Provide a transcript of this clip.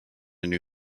new